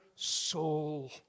soul